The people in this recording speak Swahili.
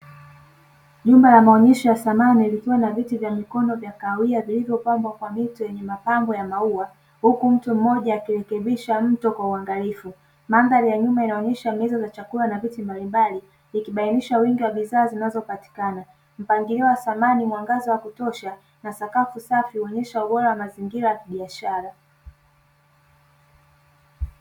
Jumba la maonyesho ya samani likiwa na viti vya mkono vya kahawia vilivyopambwa kwa mito yenye mapambo ya maua huku mtu mmoja akirekebisha mto kwa uangalifu. Mandhari ya nyuma inaonyesha meza za chakula na viti mbalimbali ikibainisha wingi wa bidhaa zinazopatikana, mpangilio wa samani mwangaza wa kutosha na sakafu safi huonyesha ubora wa mazingira ya biashara.